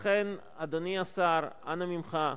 לכן, אדוני השר, אנא ממך,